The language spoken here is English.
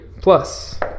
plus